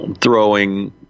throwing